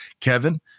Kevin